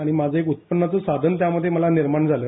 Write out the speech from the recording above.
आणि माझ उत्त्पन्नाचं साधन त्यामध्ये मला निर्माण झालं